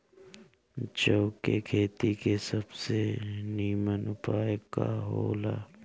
जौ के खेती के सबसे नीमन उपाय का हो ला?